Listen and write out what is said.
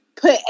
put